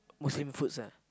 Muslim foods ah